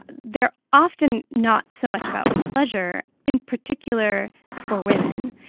and they're often not so much about pleasure in particular for women.